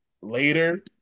later